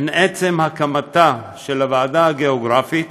עצם הקמת הוועדה הגיאוגרפית